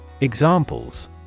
Examples